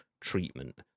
treatment